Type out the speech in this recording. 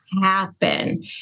happen